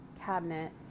cabinet